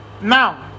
Now